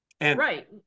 Right